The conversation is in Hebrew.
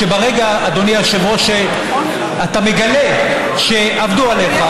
אדוני היושב-ראש, זה שברגע שאתה מגלה שעבדו עליך,